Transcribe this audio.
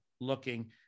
looking